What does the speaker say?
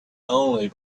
only